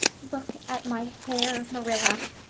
look at my hair, marilla,